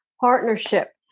partnership